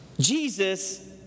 Jesus